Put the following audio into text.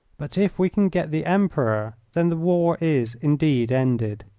but if we can get the emperor, then the war is indeed ended.